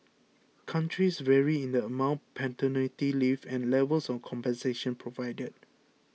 countries vary in the amount paternity leave and levels of compensation provided